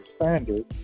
standard